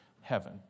heaven